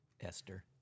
Esther